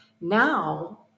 Now